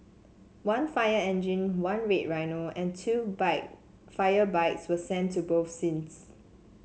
one fire engine one red rhino and two bike fire bikes were sent to both scenes